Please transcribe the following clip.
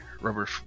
rubber